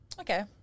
okay